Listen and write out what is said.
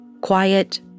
Quiet